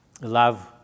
love